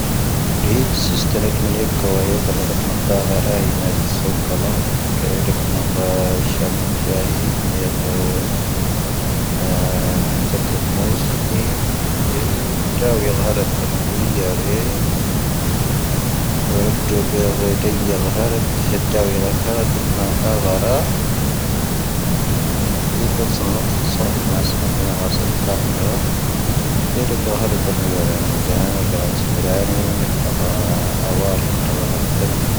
ⴽⵓⴷⵉ ⵀⵉⵙ ⵙⵉⵙⵜⴰ ⵏⴻ ⴷⴰⴳⴰ ⴷⴻⴳ ⵏⴰ ⵀⵉⵙ ⵙⴰⴰⵙⴰⵓ ⴽⴰⵍⴰⵜ ⴽⴰⵉ ⵉⵏⴻⴷ ⴷⴰⴳⴰ ⵙⵀⴻⵜ ⵜⴰⴽⵉⵏ ⵎⵓⵙ ⴻⵀ ⵜⴰⵀⵉⵏ ⴳⴰⵏⴻⵉⵙ ⵎⵓⵙ ⵢⴻ ⵜⴰⵏⵓⵙ ⴼⴰ ⴰⴽⴰⵏ ⴽⴰⵙⵏⴰⵜⴰⴳⴰⵔⴰⵀ ⴻⵔⴻ ⵜⴰⴳⴰⵏⴰ ⵜⴰⵏⵡⵉⵔⴰⵡⴰⵔⵉ ⵜⴰⴳⴰⵔⴰ ⵀⴰⵔⴰⵜⵜⴰⵏ.